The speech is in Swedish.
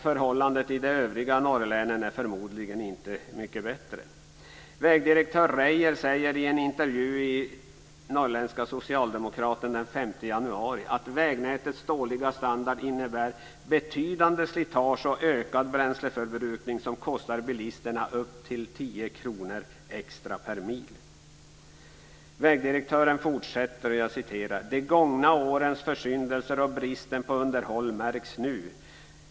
Förhållandena i de övriga norrlänen är förmodligen inte mycket bättre. Vägdirektör Reyier säger i en intervju i Norrländska Socialdemokraten den 5 januari att vägnätets dåliga standard innebär betydande slitage och ökad bränsleförbrukning som kostar bilisterna upp till 10 kr extra per mil. Vägdirektören fortsätter: Det gångna årens försyndelser och bristen på underhåll märks nu.